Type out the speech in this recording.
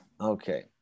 okay